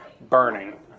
burning